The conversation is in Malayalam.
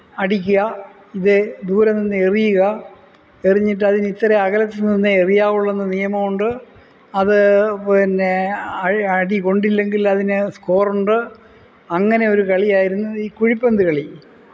അടിക്കുക ഇതേ ദൂരം നിന്നെറിയുക എറിഞ്ഞിട്ടതിനിത്ര അകലത്തില് നിന്നേ എറിയാവുകയുള്ളുവെന്ന് നിയമം ഉണ്ട് അത് പിന്നെ അടി കൊണ്ടില്ലെങ്കിലതിന് സ്കോറുണ്ട് അങ്ങനെയൊരു കളിയായിരുന്നു ഈ കുഴിപ്പന്ത് കളി